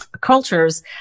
cultures